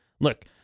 Look